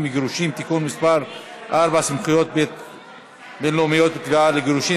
וגירושין) (תיקון מס' 4) (סמכות בין-לאומית בתביעה לגירושין),